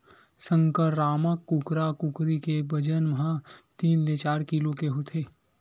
संकरामक कुकरा कुकरी के बजन ह तीन ले चार किलो के होथे